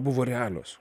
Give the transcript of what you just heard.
buvo realios